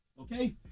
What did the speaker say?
okay